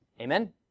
Amen